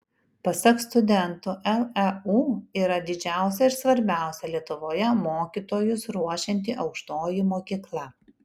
pasak studentų leu yra didžiausia ir svarbiausia lietuvoje mokytojus ruošianti aukštoji mokykla